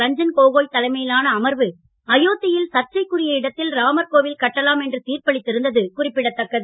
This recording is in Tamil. ரஞ்சன் கோகோய் தலைமையிலான அமர்வு அயோத்தியில் சர்ச்சைக்குரிய இடத்தில் ராமர் கோவில் கட்டலாம் என்று தீர்ப்பளித்திருந்தது குறிப்பிடத்தக்கது